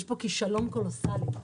יש פה כישלון קולוסלי.